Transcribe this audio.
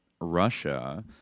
russia